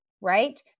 right